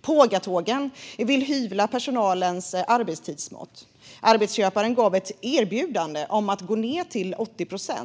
Pågatågen vill hyvla personalens arbetstidsmått. Arbetsköparen gav ett "erbjudande" om att gå ned till 80 procent.